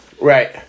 Right